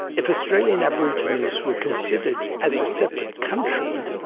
if australian aborigines were considered as a separate country,